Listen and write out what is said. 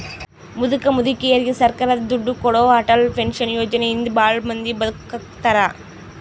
ಮುದುಕ ಮುದುಕೆರಿಗೆ ಸರ್ಕಾರ ದುಡ್ಡು ಕೊಡೋ ಅಟಲ್ ಪೆನ್ಶನ್ ಯೋಜನೆ ಇಂದ ಭಾಳ ಮಂದಿ ಬದುಕಾಕತ್ತಾರ